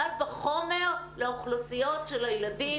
קל וחומר לאוכלוסיות של הילדים המשולבים.